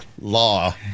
law